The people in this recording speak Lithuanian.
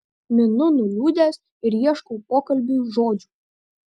minu nuliūdęs ir ieškau pokalbiui žodžių